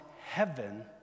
heaven